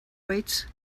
weights